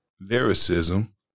Lyricism